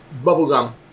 Bubblegum